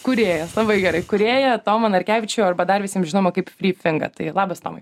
kūrėjas labai gerai kūrėją tomą narkevičiui arba dar visiems žinomą kaip fri finga tai labas tomai